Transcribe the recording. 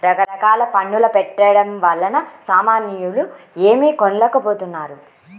రకరకాల పన్నుల పెట్టడం వలన సామాన్యులు ఏమీ కొనలేకపోతున్నారు